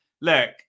look